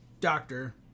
doctor